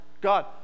god